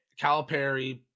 Calipari